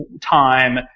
time